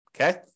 Okay